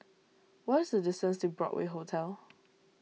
what is the distance to Broadway Hotel